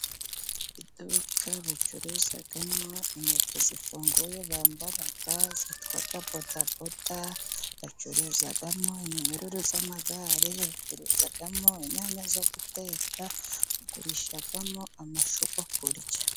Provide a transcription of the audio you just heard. Iduka bacuruzamo inkweto zifunguye bambara zitwa bodaboda, bacuruzamo iminyururu y'amagare, bacuruzamo inyanya zo guteka, bagurishamo amashu yo kurya.